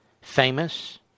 famous